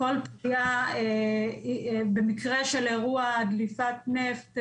כל פגיעה במקרה של אירוע דליפת נפט,